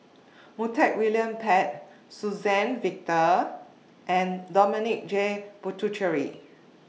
Montague William Pett Suzann Victor and Dominic J Puthucheary